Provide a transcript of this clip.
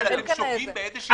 אבל אתם שוגים באיזו אשליה.